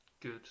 good